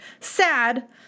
sad